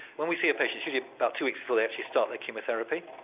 when we see a patient usually about two weeks before they actually start their chemotherapy,